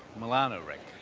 milano, rick.